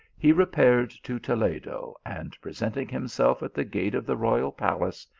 he repaired to toledo, and presenting himself at the gate of the royal palace,